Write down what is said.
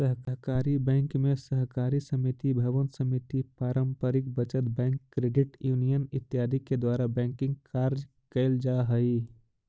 सहकारी बैंक में सहकारी समिति भवन समिति पारंपरिक बचत बैंक क्रेडिट यूनियन इत्यादि के द्वारा बैंकिंग कार्य कैल जा हइ